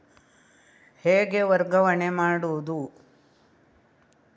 ಹೇಗೆ ವರ್ಗಾವಣೆ ಮಾಡುದು?